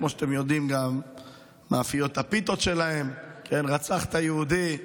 כמו שאתם יודעים, מאפיות הפיתות שלהם, רצחת יהודי,